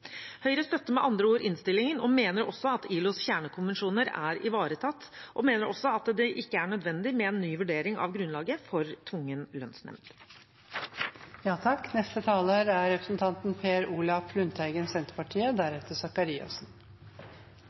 Høyre støtter med andre ord innstillingen og mener at ILOs kjernekonvensjoner er ivaretatt, og mener også at det ikke er nødvendig med en ny vurdering av grunnlaget for tvungen